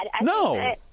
No